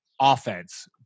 offense